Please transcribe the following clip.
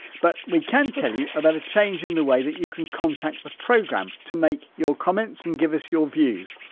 but we can tell you about a change in the way that you can contact the programme to make your comments and give us your views.